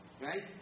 right